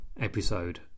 episode